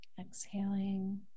exhaling